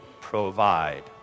provide